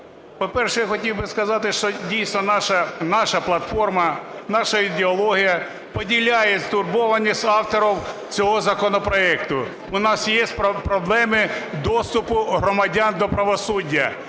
По-перше, я хотів би сказати, що дійсно наша платформа, наша ідеологія поділяє стурбованість авторів цього законопроекту. У нас є проблеми доступу громадян до правосуддя